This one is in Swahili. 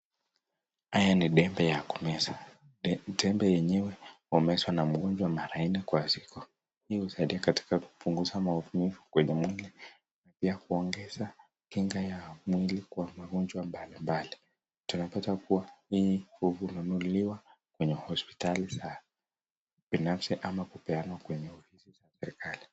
Haya ni tembe ya kuweza, tembe yenyewe humezwa na mgonjwa mara nne kwa siku, hii husaidia katika kupunguza maumivu ya mwili ya kungeza kinga ya mwili kwa maumivu mbali mbali, tunapata kuwa hii hununuliwa kwenye hospitali binafsi, ama kupeanwa kwa hospitali za serikali.